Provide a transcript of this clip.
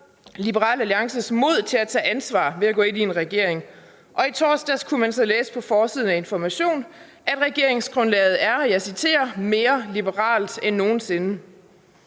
Liberal Alliances mod til at tage ansvar ved at gå ind i en regering, og i torsdags kunne man så læse på forsiden af Information, at regeringsgrundlaget er, og jeg citerer: »mere liberalt end nogen sinde«.